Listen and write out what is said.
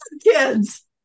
kids